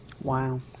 Wow